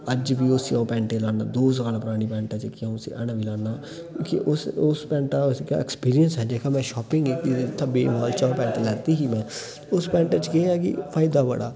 अज्ज बी उसी आ'ऊं पैंट गी लान्नां दो साल परानी पैंट ऐ जेह्की आ'ऊं उसी अजें बी लान्नां मिकी उस उस पैंटा दा ऐक्सपीरियंस ऐ जेह्का मै शॉपिंग कीती ही ते उत्थें वेव मॉल चा ओह् पैंट लैती ही में उस पैंटे च केह् ऐ कि फायदा बड़ा